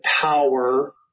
power